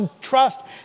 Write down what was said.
trust